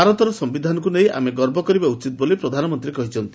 ଭାରତର ସୟିଧାନକୁ ନେଇ ଆମେ ଗର୍ବ କରିବା ଉଚିତ ବୋଲି ପ୍ରଧାନମନ୍ତୀ କହିଛନ୍ତି